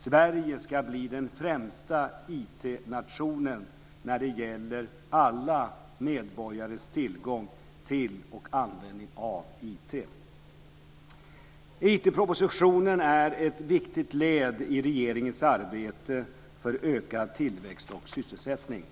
Sverige ska bli den främsta IT-nationen när det gäller alla medborgares tillgång till och användning av IT. IT-propositionen är ett viktigt led i regeringens arbete för ökad tillväxt och sysselsättning.